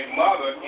mother